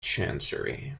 chancery